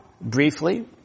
briefly